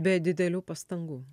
be didelių pastangų